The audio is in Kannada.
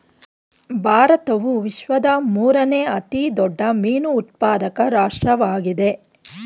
ಭಾರತವು ವಿಶ್ವದ ಮೂರನೇ ಅತಿ ದೊಡ್ಡ ಮೀನು ಉತ್ಪಾದಕ ರಾಷ್ಟ್ರವಾಗಿದೆ